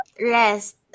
Rest